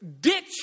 ditch